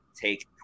take